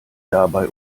dabei